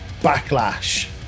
Backlash